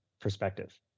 perspective